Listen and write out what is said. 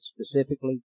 specifically